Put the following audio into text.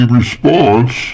response